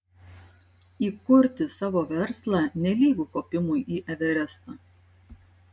įkurti savo verslą nelygu kopimui į everestą